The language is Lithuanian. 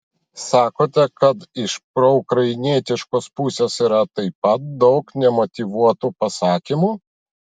sakote kad iš proukrainietiškos pusės yra taip pat daug nemotyvuotų pasakymų